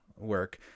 work